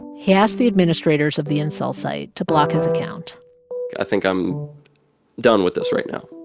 he asked the administrators of the incel site to block his account i think i'm done with this right now